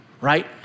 right